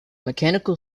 mechanical